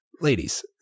ladies